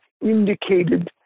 indicated